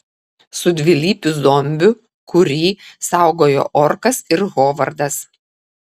su dvilypiu zombiu kurį saugojo orkas ir hovardas